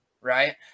right